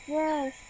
yes